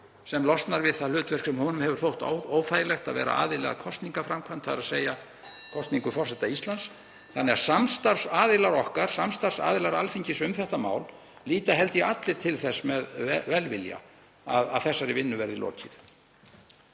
sem losnar við það hlutverk sem honum hefur þótt óþægilegt, að vera aðili að kosningaframkvæmd, þ.e. kosningu forseta Íslands, (Forseti hringir.) þannig að samstarfsaðilar okkar, samstarfsaðilar Alþingis um þetta mál líta held ég allir til þess með velvilja að þessari vinnu verði lokið.